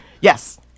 Yes